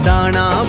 Dana